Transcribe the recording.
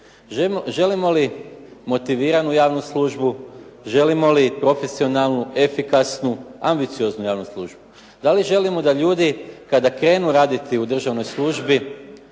Želimo li motiviranu javnu službu, želimo li profesionalnu, efikasnu, ambicioznu javnu službu? Da li želimo kada ljudi krenu raditi u državnoj službi,